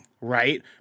right